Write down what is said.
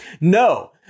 No